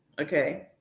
Okay